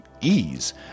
ease